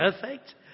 perfect